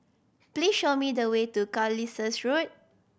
please show me the way to Carlisle Road